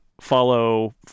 follow